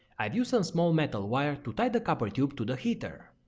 i've used um small metal wire to tight the copper tube to the heater.